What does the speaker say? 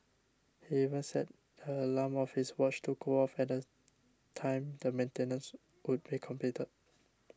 he even set the alarm of his watch to go off at the time the maintenance would be completed